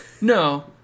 No